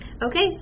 Okay